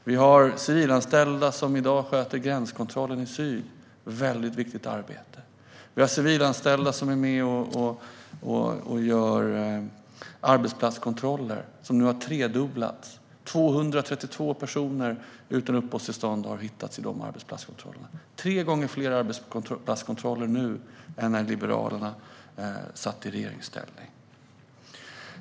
Vi har i dag civilanställda som sköter gränskontrollen i syd. Det är ett mycket viktigt arbete. Vi har civilanställda som är med och gör arbetsplatskontroller. Antalet arbetsplatskontroller har tredubblats. 232 personer utan uppehållstillstånd har hittats vid dessa arbetsplatskontroller. Det görs tre gånger fler arbetsplatskontroller nu än när Liberalerna var i regeringsställning.